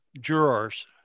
jurors